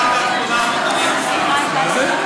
זה?